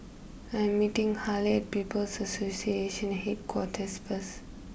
I am meeting Harlie at People's Association Headquarters first